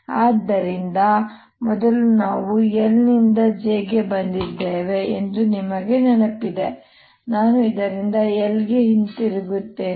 ಆದ್ದರಿಂದ ಈಗ ಮೊದಲು ನಾವು I ನಿಂದ j ಗೆ ಬಂದಿದ್ದೇವೆ ಎಂದು ನಿಮಗೆ ನೆನಪಿದೆ ಈಗ ನಾನು ಇದರಿಂದ I ಗೆ ಹಿಂತಿರುಗುತ್ತೇನೆ